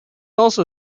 also